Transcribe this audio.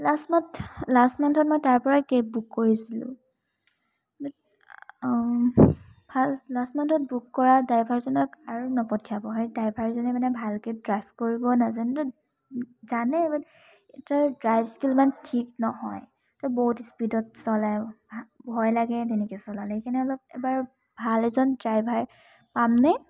last month last মানথত মই তাৰপৰাই কেব বুক কৰিছিলোঁ বাট লাষ্ট মানথত বুক কৰা ড্ৰাইভাৰজনক আৰু নপঠিয়াব সেই ড্ৰাইভাৰজনে মানে ভাল কেব ড্ৰাইভ কৰিব ড্ৰাইভ স্কিল ইমান ঠিক নহয় ত বহুত স্পীডত চলায় ভয় লাগে তেনেকে চলালে সেইকাৰণে অলপ এবাৰ ভাল এজন ড্ৰাইভাৰ পামনে